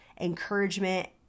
encouragement